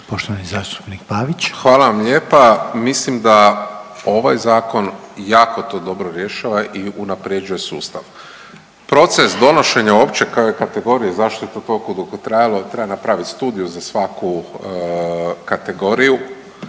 Poštovani zastupnik Pavić. **Pavić, Marko (HDZ)** Hvala vam lijepa. Mislim da ovaj zakon jako to dobro rješava i unapređuje sustav. Proces donošenja uopće kategorije zašto je to toliko dugo trajalo treba napraviti studiju za svaku kategoriju